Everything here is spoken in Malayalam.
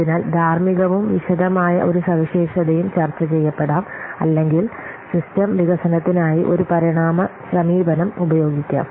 അതിനാൽ ധാർമ്മികവും വിശദമായ ഒരു സവിശേഷതയും ചർച്ച ചെയ്യപ്പെടാം അല്ലെങ്കിൽ സിസ്റ്റം വികസനത്തിനായി ഒരു പരിണാമ സമീപനം ഉപയോഗിക്കാം